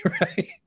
right